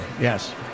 yes